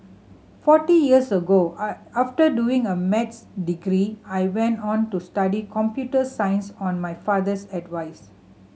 forty years ago after doing a Maths degree I went on to study computer science on my father's advice